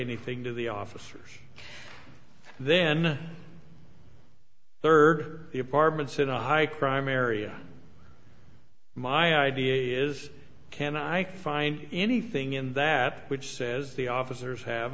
anything to the officers then third the apartments in a high crime area my idea is can i find anything in that which says the officers have